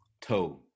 toe